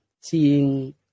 Seeing